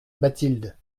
bathilde